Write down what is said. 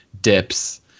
dips